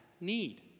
need